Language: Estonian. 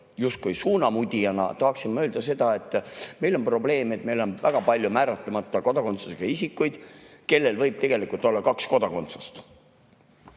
justkui suunamudijana tahaksin ma öelda seda, et meil on probleem, et meil on väga palju määratlemata kodakondsusega isikuid, kellel võib olla kaks kodakondsust.